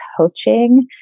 coaching